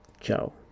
Ciao